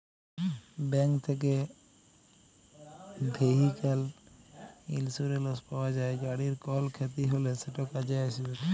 bank থ্যাকে vehicle insurance পাউয়া যায়, গাড়ির কল খ্যতি হ্যলে সেট কাজে আইসবেক